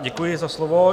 Děkuji za slovo.